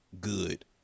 good